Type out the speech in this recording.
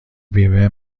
بیمه